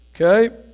Okay